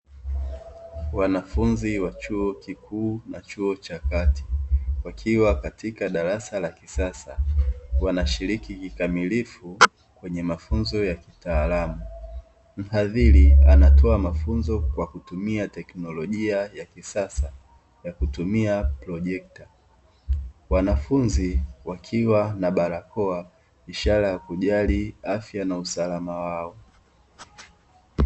Wanafunzi wa chuo kikuu na chuo cha kati wakiwa katika madarasa